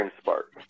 spark